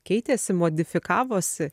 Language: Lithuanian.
keitėsi modifikavosi